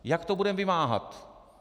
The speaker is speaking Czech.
Jak to budeme vymáhat?